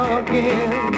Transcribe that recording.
again